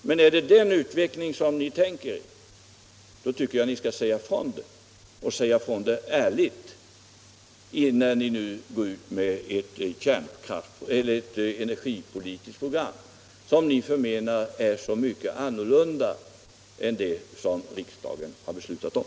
Men är det den utvecklingen ni tänkt er tycker jag att ni skall säga ifrån det ärligt, när ni nu går ut med ett energipolitiskt program som ni förmenar är helt annorlunda än det riksdagen har beslutat om.